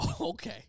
Okay